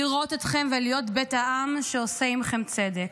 לראות אתכם ולהיות בית העם שעושה עימכם צדק.